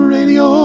Radio